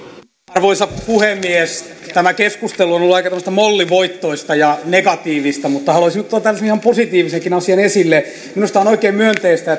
arvoisa puhemies tämä keskustelu on ollut tuommoista aika mollivoittoista ja negatiivista mutta haluaisin nyt tuoda tällaisen ihan positiivisenkin asian esille minusta on oikein myönteistä